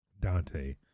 Dante